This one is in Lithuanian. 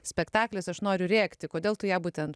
spektaklis aš noriu rėkti kodėl tu ją būtent